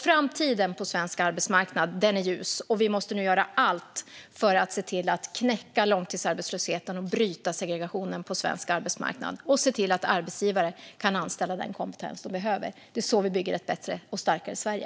Framtiden på svensk arbetsmarknad är ljus, och vi måste nu göra allt för att se till att knäcka långtidsarbetslösheten och bryta segregationen på svensk arbetsmarknad och se till att arbetsgivare kan anställa den kompetens de behöver. Det är så vi bygger ett bättre och starkare Sverige.